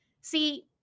See